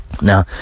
now